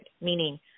meaning